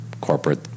corporate